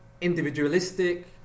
individualistic